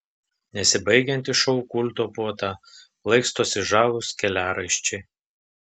nesibaigianti šou kulto puota plaikstosi žavūs keliaraiščiai